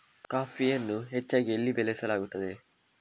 ಕಾಫಿಯನ್ನು ಹೆಚ್ಚಾಗಿ ಎಲ್ಲಿ ಬೆಳಸಲಾಗುತ್ತದೆ?